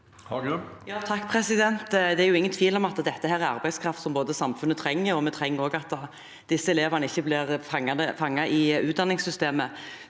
Det er jo ingen tvil om at dette er arbeidskraft som samfunnet trenger. Vi trenger også at disse elevene ikke blir fanget i utdanningssystemet.